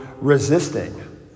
resisting